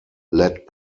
led